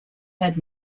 had